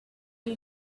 you